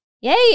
Yay